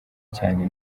cyane